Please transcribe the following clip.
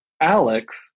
Alex